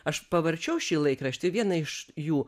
aš pavarčiau šį laikraštį vieną iš jų